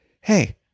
hey